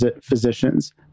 physicians